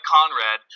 Conrad